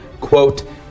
quote